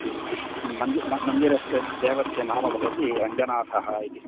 मन्दिरं मन्दिरस्य देवस्य नाम भवति रङ्गनाथः इति